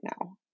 now